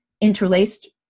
interlaced